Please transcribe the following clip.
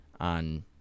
on